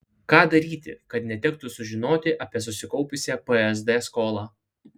ką daryti kad netektų sužinoti apie susikaupusią psd skolą